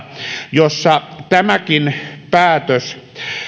jossa tämäkin päätös halutaan